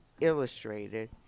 Illustrated